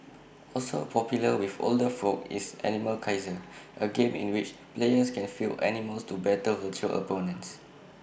also popular with older folk is animal Kaiser A game in which players can field animals to battle virtual opponents